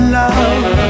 love